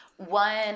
one